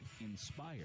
inspire